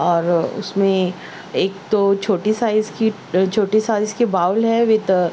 اور اس میں ایک تو چھوٹی سائز کٹ چھوٹی سائز کے باؤل ہے وتھ